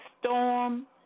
storm